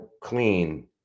clean